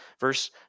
Verse